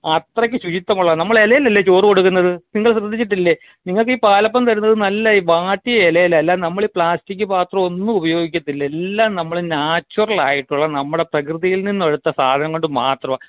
അത്രക്ക് ശുചിത്വമുള്ളതാണ് നമ്മളേലേലല്ലേ ചോറ് കൊടുക്കുന്നത് നിങ്ങൾ ശ്രദ്ധിച്ചിട്ടില്ലേ നിങ്ങൾക്കീ പാലപ്പം തരുന്നത് നല്ല വാട്ടിയ ഇലയിലാണ് അല്ലാ നമ്മൾ പ്ലാസ്റ്റിക്ക് പാത്രമൊന്നും ഉപയോഗിക്കത്തില്ല എല്ലാം നമ്മൾ നാച്ചുറലായിട്ടുള്ള നമ്മുടെ പ്രകൃതിയിൽ നിന്നെടുത്ത സാധനം കൊണ്ടു മാത്രമാണ്